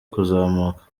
kuzamuka